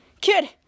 Kid